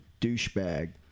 douchebag